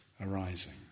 arising